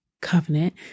covenant